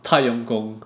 太用功